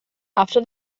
after